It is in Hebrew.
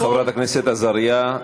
חברת הכנסת עזריה,